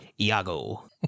Iago